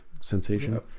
sensation